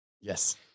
Yes